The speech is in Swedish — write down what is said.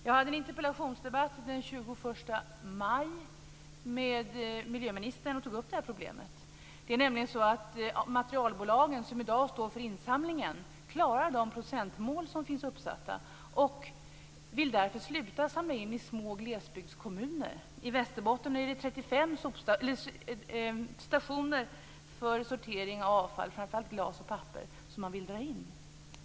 Jag hade den 21 maj en interpellationsdebatt med miljöministern där jag tog upp det här problemet. Det är nämligen så att materialbolagen, som i dag står för insamlingen, klarar de procentmål som finns uppsatta och vill därför sluta samla in i små glesbygdskommuner. I Västerbotten är det 35 stationer för sortering av avfall, framför allt glas och papper, som man vill dra in.